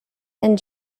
and